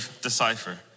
decipher